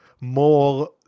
More